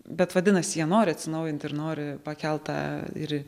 bet vadinasi jie nori atsinaujinti ir nori pakelt tą ir